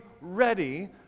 ready